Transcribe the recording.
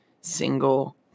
single